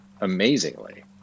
Amazingly